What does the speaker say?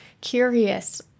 curious